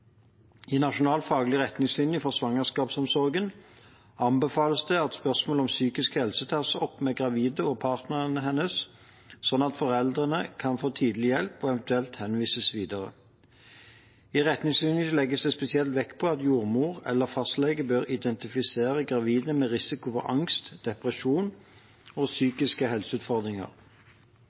I Nasjonal faglig retningslinje for svangerskapsomsorgen anbefales det at spørsmål om psykisk helse tas opp med den gravide og partneren hennes, slik at foreldrene kan få tidlig hjelp og eventuelt henvises videre. I retningslinjen legges det spesielt vekt på at jordmor eller fastlege bør identifisere gravide med risiko for angst, depresjon og psykiske helseutfordringer.